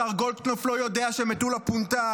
השר גולדקנופ לא יודע שמטולה פונתה,